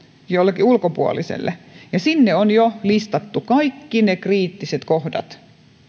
jollekin ulkopuoliselle ja sinne on jo listattu kaikki ne kriittiset kohdat